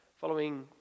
Following